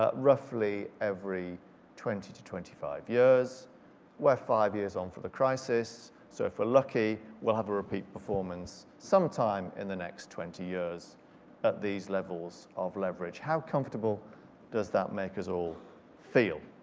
ah roughly every twenty to twenty five years we're five years on for the crisis so if we're lucky we'll have a repeat performance sometime in the next twenty years at these levels of leverage. how comfortable does that make us all feel?